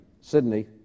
Sydney